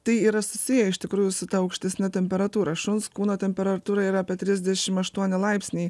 tai yra susiję iš tikrųjų su ta aukštesne temperatūra šuns kūno temperatūra yra apie trisdešim aštuoni laipsniai